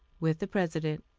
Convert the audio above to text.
with the president.